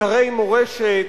אתרי מורשת,